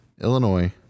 Illinois